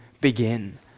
begin